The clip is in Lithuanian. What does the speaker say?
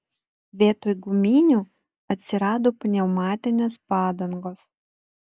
vietoj guminių atsirado pneumatinės padangos